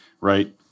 right